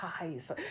eyes